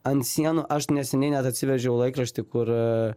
ant sienų aš neseniai net atsiverčiau laikraštį kur